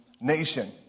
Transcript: nation